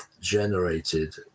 generated